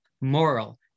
moral